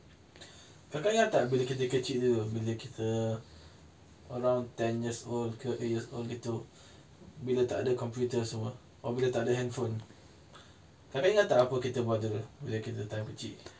kakak ingat tak bila kita kecil dulu bila kita around ten years old ke eight years old gitu bila tak ada komputer semua or bila takde handphone kakak ingat tak apa kita buat dulu bila kita time kecil